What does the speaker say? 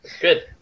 Good